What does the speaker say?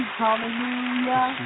hallelujah